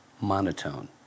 monotone